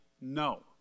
no